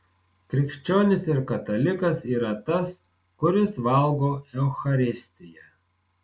krikščionis ir katalikas yra tas kuris valgo eucharistiją